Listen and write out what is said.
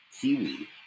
Kiwi